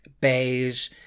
beige